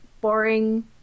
boring